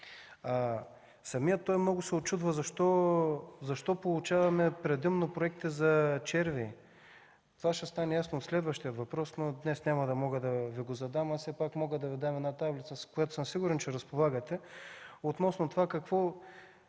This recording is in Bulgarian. Самият той много се учудва защо получаваме предимно проекти за червеи. Това ще стане ясно в следващия въпрос, но днес няма да мога да го задам. Все пак мога да Ви дам една таблица, с която съм сигурен, че разполагате, относно това какво